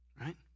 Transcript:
Right